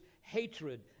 hatred